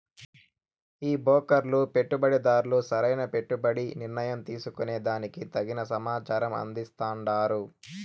ఈ బ్రోకర్లు పెట్టుబడిదార్లు సరైన పెట్టుబడి నిర్ణయం తీసుకునే దానికి తగిన సమాచారం అందిస్తాండారు